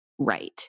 Right